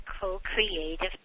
co-creative